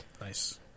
Nice